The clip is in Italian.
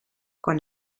con